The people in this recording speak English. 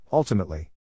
Ultimately